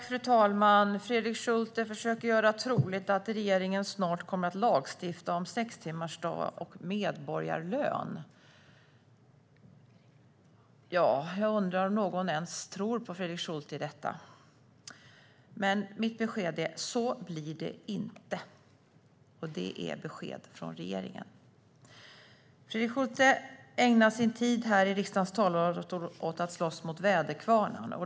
Fru talman! Fredrik Schulte försöker göra det troligt att regeringen snart kommer att lagstifta om sextimmarsdag och medborgarlön. Jag undrar om någon ens tror på Fredrik Schulte i detta. Men mitt besked är: Så blir det inte. Det är beskedet från regeringen. Fredrik Schulte ägnar sin tid här i riksdagens talarstol åt att slåss mot väderkvarnar.